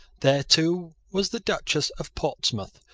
there too was the duchess of portsmouth,